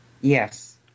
Yes